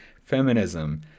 feminism